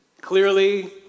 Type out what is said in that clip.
clearly